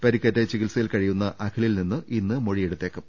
പരിക്കേറ്റ് ചികിത്സയിൽ കഴിയുന്ന അഖിലിൽ നിന്ന് ഇന്ന് മൊഴി എടുത്തേക്കും